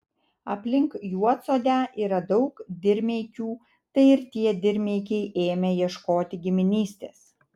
aplink juodsodę yra daug dirmeikių tai ir tie dirmeikiai ėmė ieškoti giminystės